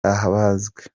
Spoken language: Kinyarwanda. abazwe